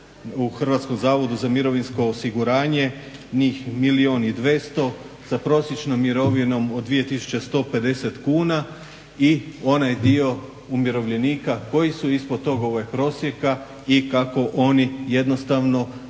Hrvatskom zavodu za mirovinsko osiguranje njih milijun 200 sa prosječnom mirovinom od 2 tisuće 150 kuna i onaj dio umirovljenika koji su ispod tog prosjeka i kako oni jednostavno